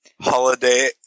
holiday